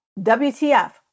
WTF